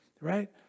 right